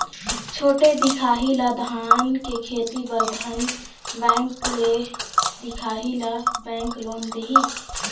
छोटे दिखाही ला धान के खेती बर धन बैंक ले दिखाही ला बैंक लोन दिही?